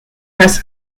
has